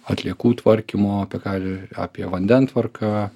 atliekų tvarkymo apie ką apie vandentvarką